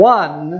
one